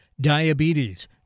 diabetes